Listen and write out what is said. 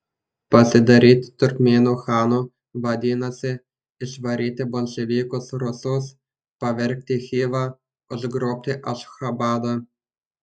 pasidaryti turkmėnų chanu vadinasi išvaryti bolševikus rusus pavergti chivą užgrobti ašchabadą